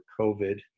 covid